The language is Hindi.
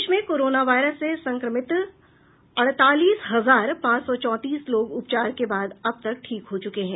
देश में कोरोना वायरस से संक्रमित अड़तालीस हजार पांच सौ चौंतीस लोग उपचार के बाद अब तक ठीक हो चुके हैं